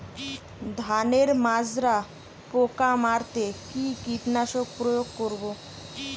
ধানের মাজরা পোকা মারতে কি কীটনাশক প্রয়োগ করব?